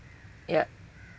yup